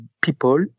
people